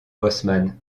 bosseman